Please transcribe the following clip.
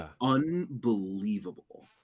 unbelievable